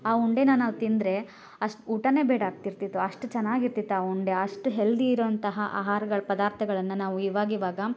ಆ ಉಂಡೆನ ನಾವು ತಿಂದರೆ ಅಷ್ಟು ಊಟನೇ ಬೇಡ ಆಗ್ತಿರ್ತಿತ್ತು ಅಷ್ಟು ಚೆನ್ನಾಗಿರ್ತಿತ್ತು ಆ ಉಂಡೆ ಅಷ್ಟು ಹೆಲ್ದಿ ಇರುವಂತಹ ಆಹಾರಗಳು ಪದಾರ್ಥಗಳನ್ನ ನಾವು ಇವಾಗಿವಾಗ